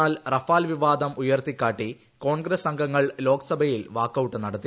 എന്നാൽ റഫാൽ വിവാദം ഉയർത്തിക്കാട്ടി കോൺഗ്രസ് അംഗങ്ങൾ ലോക്സഭയിൽ വാക്കൌട്ട് നടത്തി